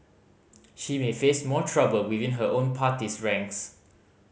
she may face more trouble within her own party's ranks